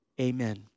amen